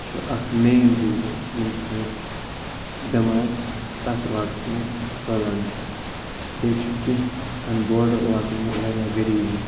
چھُ اَکھ main reason ییٚمہِ سۭتۍ بٮ۪مارِ تَتھ علاقَس منٛز پھٲلان چھِ بیٚیہِ چھُ کینٛہہ اَن باڈَر علاقَن منٛز واریاہ غریٖبی